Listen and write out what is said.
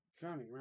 Johnny